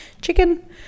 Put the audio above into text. chicken